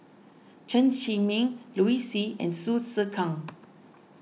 Chen Zhiming Liu Si and Hsu Tse Kwang